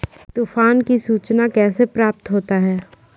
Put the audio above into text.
तुफान की सुचना कैसे प्राप्त होता हैं?